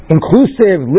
Inclusive